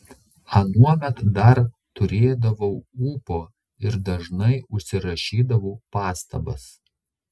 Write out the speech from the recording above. anuomet dar turėdavau ūpo ir dažnai užsirašydavau pastabas